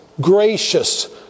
gracious